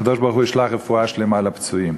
הקדוש-ברוך-הוא ישלח רפואה שלמה לפצועים.